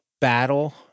Battle